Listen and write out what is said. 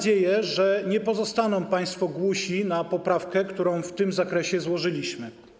Wierzę, że nie pozostaną państwo głusi na poprawkę, którą w tym zakresie złożyliśmy.